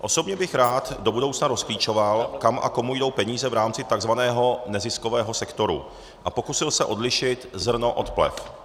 Osobně bych rád do budoucna rozklíčoval, kam a komu jdou peníze v rámci takzvaného neziskového sektoru, a pokusil se odlišit zrno od plev.